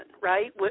right